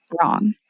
wrong